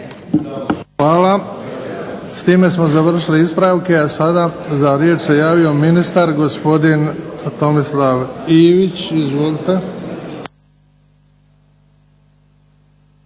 Hvala. S time smo završili ispravke. A sada za riječ se javio ministar gospodin Tomislav Ivić. Izvolite.